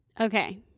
Okay